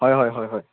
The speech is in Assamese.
হয় হয় হয় হয়